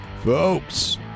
Folks